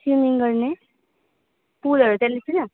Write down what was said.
swimming गर्ने पुलहरू त्यहाँनिर छैन